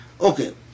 Okay